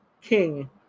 King